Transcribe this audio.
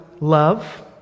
love